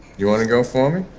you wanna go for me?